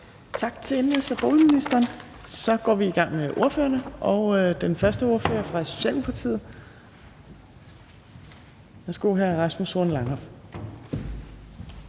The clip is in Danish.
Tak til indenrigs- og boligministeren. Så går vi i gang med ordførerne, og den første ordfører er fra Socialdemokratiet. Værsgo, hr. Rasmus Horn Langhoff.